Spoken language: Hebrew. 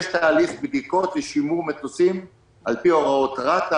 המטוסים יש תהליך בדיקות ושימור מטוסים על פי הוראות רת"א,